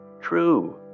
true